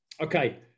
okay